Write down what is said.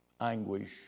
anguish